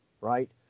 right